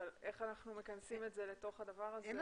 אבל איך אנחנו מכנסים את זה לתוך הדבר הזה?